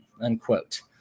Unquote